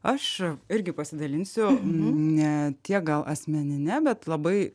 aš irgi pasidalinsiu ne tiek gal asmenine bet labai